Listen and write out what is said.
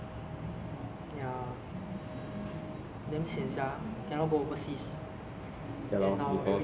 no singaporeans can't go to johor to do their [what] uh shoppings until